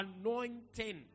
anointing